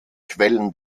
quellen